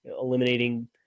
eliminating